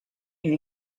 you